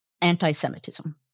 anti-Semitism